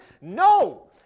No